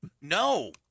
no